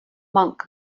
monk